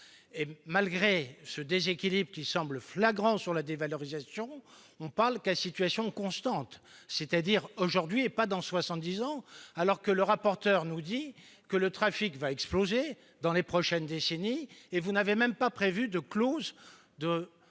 Malgré ce déséquilibre, qui semble flagrant sur la dévalorisation, on ne parle qu'à situation constante, c'est-à-dire aujourd'hui et pas dans soixante-dix ans. Or M. le rapporteur nous dit que le trafic va exploser dans les prochaines décennies. Et vous n'avez même pas prévu de clause de